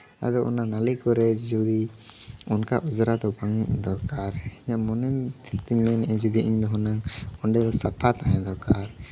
ᱟᱫᱚ ᱚᱱᱟ ᱱᱟᱹᱞᱤ ᱠᱚᱨᱮ ᱡᱩᱫᱤ ᱚᱱᱠᱟ ᱚᱡᱽᱨᱟ ᱫᱚ ᱵᱟᱝ ᱫᱚᱨᱠᱟᱨ ᱤᱧᱟᱹᱝ ᱢᱚᱱᱮ ᱛᱤᱧ ᱢᱮᱱ ᱮᱫᱼᱟ ᱤᱧᱫᱚ ᱦᱩᱱᱟᱹᱝ ᱚᱸᱰᱮ ᱫᱚ ᱥᱟᱯᱷᱟ ᱛᱟᱦᱮᱱ ᱫᱚᱨᱠᱟᱨ